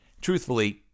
Truthfully